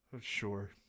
sure